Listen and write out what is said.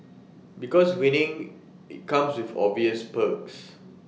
because winning IT comes with obvious perks